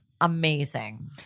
amazing